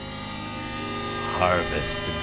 Harvest